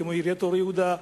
כמו עיריית אור-יהודה,